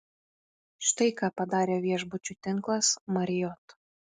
štai ką padarė viešbučių tinklas marriott